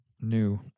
New